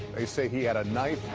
they say he had a knife.